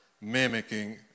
mimicking